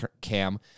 cam